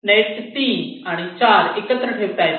net 3 आणि 4 एकत्र ठेवता येतात